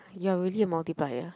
ya really a multiplier